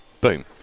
boom